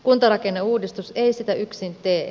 kuntarakenneuudistus ei sitä yksin tee